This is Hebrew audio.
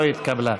לא התקבלה.